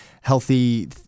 healthy-